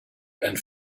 and